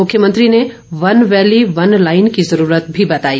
मुख्यमंत्री ने one valley one line की ज़रूरत भी बताई